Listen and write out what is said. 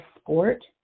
sport